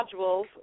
modules